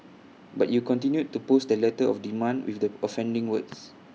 but you continued to post the letter of demand with the offending words